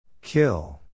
Kill